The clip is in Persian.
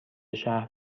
شهر